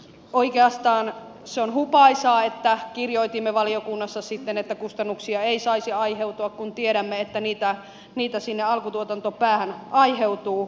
oikeastaan se on hupaisaa että kirjoitimme valiokunnassa sitten että kustannuksia ei saisi aiheutua kun tiedämme että niitä sinne alkutuotantopäähän aiheutuu